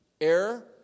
air